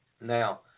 Now